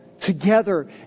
together